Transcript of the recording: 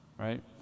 Right